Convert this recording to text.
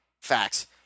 Facts